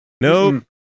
Nope